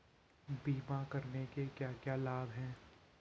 बीमा करने के क्या क्या लाभ हैं?